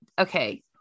Okay